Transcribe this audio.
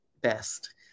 best